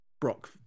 Brock